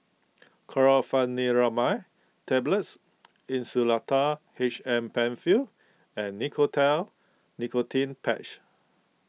Chlorpheniramine Tablets Insulatard H M Penfill and Nicotinell Nicotine Patch